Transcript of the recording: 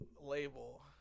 label